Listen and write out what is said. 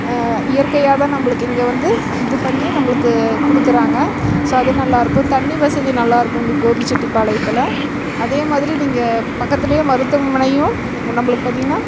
இயற்கையாக தான் நம்மளுக்கு இங்கே வந்து இதுப் பண்ணி நம்மளுக்கு கொடுக்குறாங்க ஸோ அது நல்லாயிருக்கும் தண்ணி வசதி நல்லாயிருக்கும் இங்கே கோபிச்செட்டிப்பாளையத்தில் அதே மாதிரி நீங்கள் பக்கத்திலே மருத்துவமனையும் நம்மளுக்கு பார்த்திங்கனா